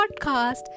podcast